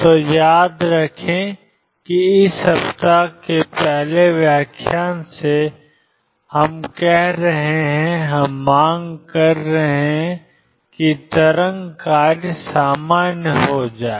तो याद रखें कि इस सप्ताह के पहले व्याख्यान से कह रहे हैं कि हम मांग करने जा रहे हैं कि तरंग कार्य सामान्य हो जाए